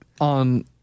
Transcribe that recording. on